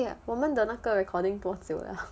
eh 我们的那个 recording 多久了